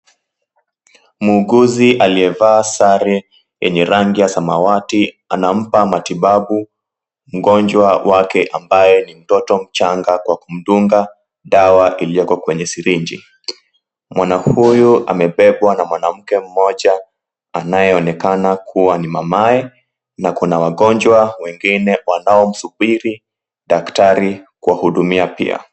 Muuguzi aliyevaa sare yenye rangi ya samawati anampa matibabu mgonjwa wake ambaye ni mtoto mchanga kwa kumdunga dawa iliyoko kwenye sirinji. Mwana huyu amebebwa na mwanamke mmoja anaeonekana kuwa ni mamae na kuna wagonjwa wengine wanaomsubiri daktari kuwahudumia pia.